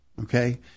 okay